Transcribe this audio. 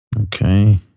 Okay